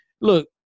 Look